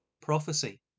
prophecy